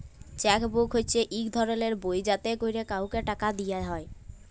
cheque book হছে ইক ধরলের বই যাতে ক্যরে কাউকে টাকা দিয়া হ্যয়